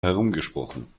herumgesprochen